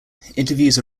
interviews